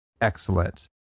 Excellent